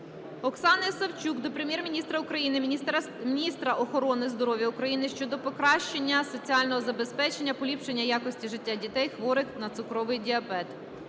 Оксани Савчук до Прем'єр-міністра України, міністра охорони здоров'я України щодо покращення соціального забезпечення, поліпшення якості життя дітей, хворих на цукровий діабет.